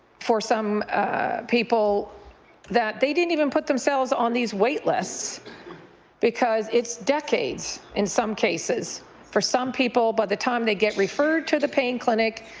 for some people that they didn't even put themselves on these wait lists because it's decades in some cases for some people by the time they get referred to the pain clinic,